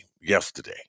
yesterday